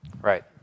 Right